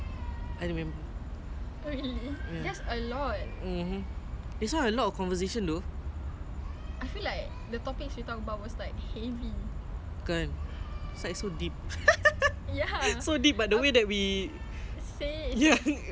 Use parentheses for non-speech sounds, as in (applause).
like normal tu jer but actually deep the emotions is not there lah ya exactly (laughs) then orang dengar macam eh kesiannya (laughs)